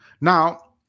now